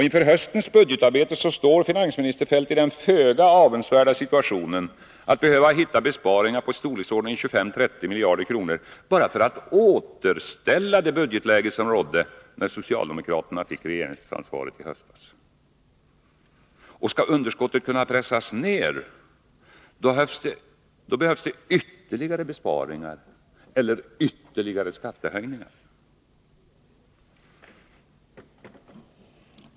Inför höstens budgetarbete står finansminister Feldt i den föga avundsvärda situationen att behöva hitta besparingar i storleksordningen 25-30 miljarder kronor bara för att återställa det budgetläge som rådde när socialdemokraterna fick regeringsansvaret. Skall underskottet kunna pressas ner, behövs det ytterligare besparingar eller ytterligare skattehöjningar.